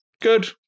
Good